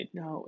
no